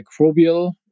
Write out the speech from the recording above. microbial